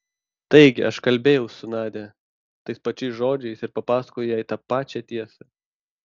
taigi aš kalbėjau su nadia tais pačiais žodžiais ir papasakojau jai tą pačią tiesą